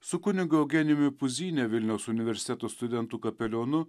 su kunigu eugenijumi puzyne vilniaus universiteto studentų kapelionu